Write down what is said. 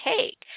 take